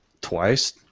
twice